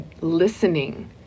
listening